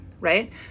right